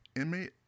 Inmate